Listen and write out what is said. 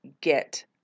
get